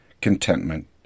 contentment